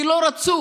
כי לא רצו,